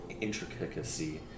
intricacy